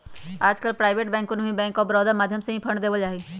आजकल प्राइवेट बैंकवन के भी बैंक आफ बडौदा के माध्यम से ही फंड देवल जाहई